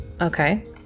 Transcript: Okay